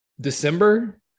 December